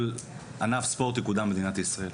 ענף ספורט במדינת ישראל יקודם.